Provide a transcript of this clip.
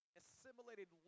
assimilated